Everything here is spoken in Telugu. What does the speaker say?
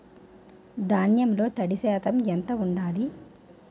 ధాన్యంలో తడి శాతం ఎంత ఉండాలి?